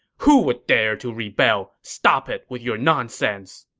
who would dare to rebel! stop it with your nonsense!